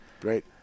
Great